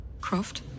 Croft